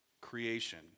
creation